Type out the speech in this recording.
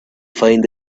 find